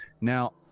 Now